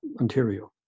Ontario